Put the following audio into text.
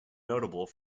notable